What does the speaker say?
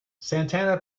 santana